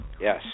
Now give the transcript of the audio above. Yes